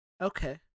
Okay